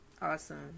awesome